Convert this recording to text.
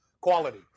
quality